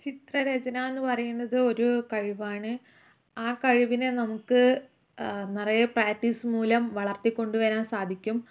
ചിത്രരചനയെന്നു പറയുന്നത് ഒരു കഴിവാണ് ആ കഴിവിനെ നമുക്ക് നിറയെ പ്രാക്ടീസ് മൂലം വളർത്തിക്കൊണ്ടുവരാൻ സാധിക്കും